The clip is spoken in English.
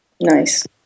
Nice